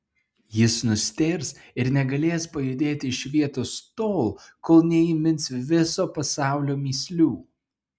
jis nustėrs ir negalės pajudėti iš vietos tol kol neįmins viso pasaulio mįslių